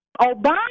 Obama